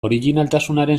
orijinaltasunaren